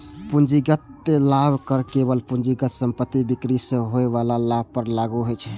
पूंजीगत लाभ कर केवल पूंजीगत संपत्तिक बिक्री सं होइ बला लाभ पर लागू होइ छै